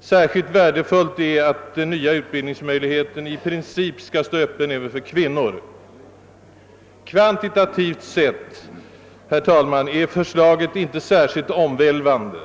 Särskilt värdefullt är att den nya utbildningsmöjligheten i princip skall stå öppen även för kvinnor. Kvantitativt sett är förslaget inte särskilt omvälvande.